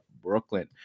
Brooklyn